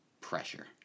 pressure